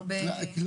המשפחות.